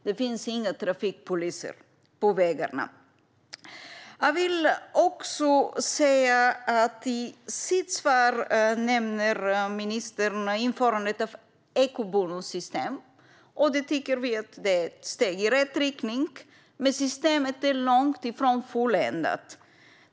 Det finns inga trafikpoliser på vägarna. I sitt svar nämnde ministern införandet av ett eco-bonussystem. Vi tycker att detta är ett steg i rätt riktning, men systemet är långt ifrån fulländat.